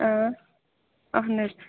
اَہن حظ